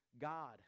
God